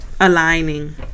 aligning